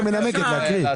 מי נמנע?